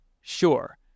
sure